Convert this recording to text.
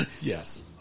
Yes